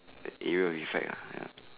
the area of effect ya